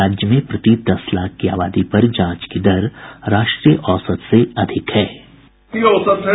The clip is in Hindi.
राज्य में प्रति दस लाख की आबादी पर जांच की दर राष्ट्रीय औसत से अधिक है